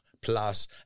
plus